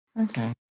Okay